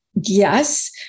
Yes